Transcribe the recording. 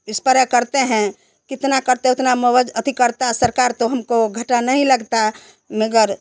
spray करते हैं कितना करते हैं उतना मुआवजा अति करता सरकार तो हमको घाटा नहीं लगता है मगर